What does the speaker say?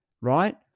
right